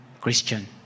Christian